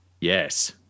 Yes